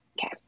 Okay